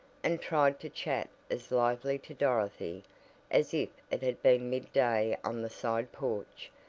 and tried to chat as lively to dorothy as if it had been mid-day on the side porch,